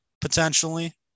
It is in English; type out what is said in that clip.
potentially